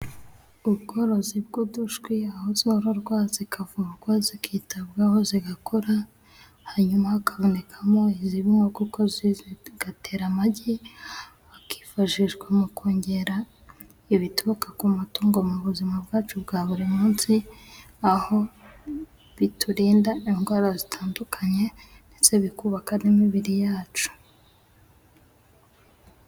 Ubworozi bw'udushwi aho zororwa zikavurwa zikitabwaho zigakura hanyuma hakabonekamo zirimowo kuko zigatera amagi hakifashishwa mu kongera ibituruka ku matungo mu buzima bwacu bwa buri munsi aho biturinda indwara zitandukanye ndetse bikubaka n'imibiri yacu.